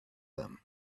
them